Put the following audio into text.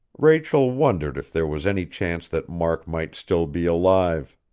rachel wondered if there was any chance that mark might still be alive.